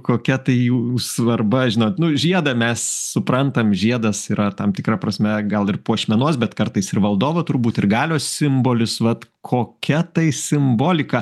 kokia tai jų svarba žinot nu žiedą mes suprantam žiedas yra tam tikra prasme gal ir puošmenos bet kartais ir valdovo turbūt ir galios simbolis vat kokia tai simbolika